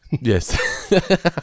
Yes